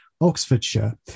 Oxfordshire